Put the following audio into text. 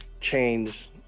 change